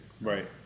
Right